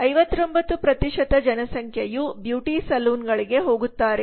59 ಜನಸಂಖ್ಯೆಯು ಬ್ಯೂಟಿ ಸಲೂನ್ಗಳಿಗೆ ಹೋಗುತ್ತಾರೆ